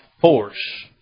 force